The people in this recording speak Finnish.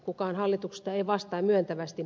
kukaan hallituksesta ei vastaa myöntävästi